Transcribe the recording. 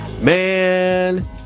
man